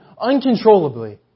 uncontrollably